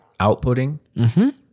Outputting